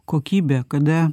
kokybė kada